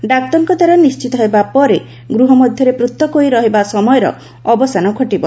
ଡାକ୍ତରଙ୍କ ଦ୍ୱାରା ନିଶ୍ଚିତ ହେବା ପରେ ଗୃହ ମଧ୍ୟରେ ପୃଥକ ହୋଇ ରହିବା ସମୟର ଅବସାନ ଘଟିବ